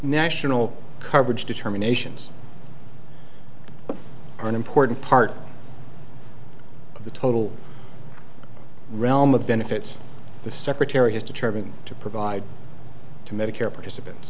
national coverage determinations are an important part of the total realm of benefits the secretary has determined to provide to medicare participants